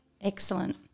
Excellent